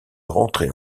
rentrer